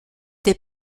des